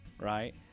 right